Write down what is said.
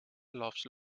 laughs